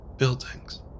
buildings